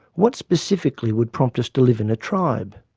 what specifically would prompt us to live in a tribe?